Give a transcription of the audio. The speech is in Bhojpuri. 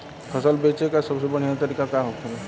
फसल बेचे का सबसे बढ़ियां तरीका का होखेला?